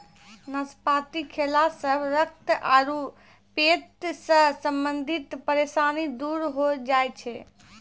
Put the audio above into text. नाशपाती खैला सॅ रक्त आरो पेट सॅ संबंधित परेशानी दूर होय जाय छै